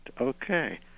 Okay